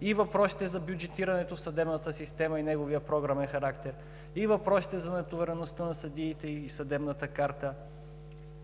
и въпросите за бюджетирането в съдебната система и неговият програмен характер, и въпросите за натовареността на съдиите и съдебната карта,